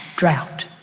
drought.